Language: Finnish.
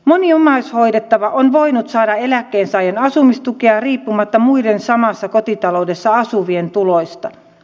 moni omaishoidettava on voinut saada eläkkeensaajan asumistukea riippumatta muiden samassa kotitaloudessa asuvien tuloista